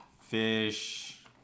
fish